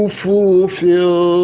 fulfill